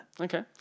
okay